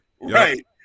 Right